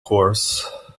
course